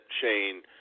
Shane